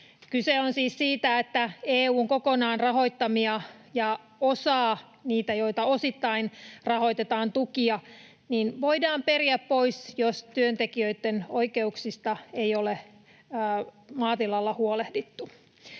Kyse on siis siitä, että EU:n kokonaan rahoittamia tukia ja osaa tuista, joita osittain rahoitetaan, voidaan periä pois, jos työntekijöitten oikeuksista ei ole maatilalla huolehdittu.